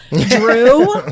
Drew